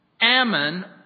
Ammon